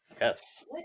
Yes